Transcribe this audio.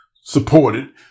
supported